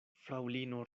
fraŭlino